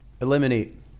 Eliminate